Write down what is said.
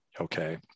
okay